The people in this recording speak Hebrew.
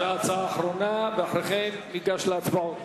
זו ההצעה האחרונה, ואחרי כן ניגש להצבעות.